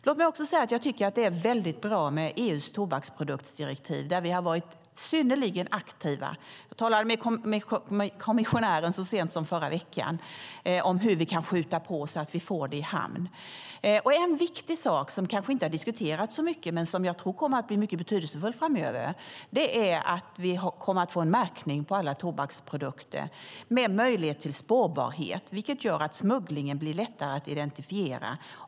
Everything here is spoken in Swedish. Låt mig också säga att jag tycker att det är väldigt bra med EU:s tobaksproduktsdirektiv, där vi har varit synnerligen aktiva. Jag talade med kommissionären så sent som i förra veckan om hur vi kan skjuta på så att vi får det i hamn. En viktig sak som kanske inte har diskuterats så mycket, men som jag tror kommer att bli mycket betydelsefull framöver, är att vi kommer att få en märkning på alla tobaksprodukter med möjlighet till spårbarhet. Det gör att smugglingen blir lättare att identifiera.